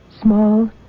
Small